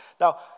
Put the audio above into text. Now